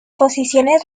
posiciones